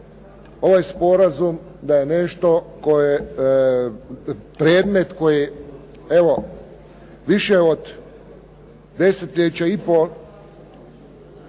ovaj sporazum da je nešto koje, predmet koji, evo više od desetljeća uživa